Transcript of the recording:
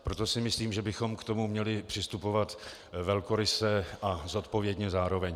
Proto si myslím, že bychom k tomu měli přistupovat velkoryse a zodpovědně zároveň.